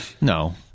No